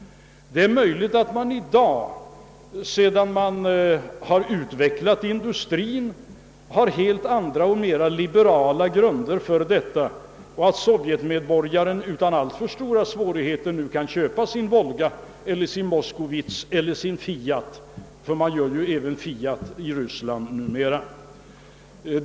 Det är möjligt att man i dag, sedan man utvecklat industrin, har helt andra och liberalare grunder och att Sovjetmedborgaren nu utan alltför stora svårigheter kan köpa sin Volga, sin Moskvitch eller sin Fiat — ty man tillverkar ju även Fiat i Sovjetunionen numera.